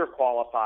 underqualified